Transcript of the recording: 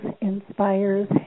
inspires